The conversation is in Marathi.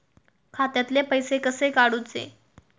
खात्यातले पैसे कसे काडूचे?